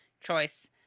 choice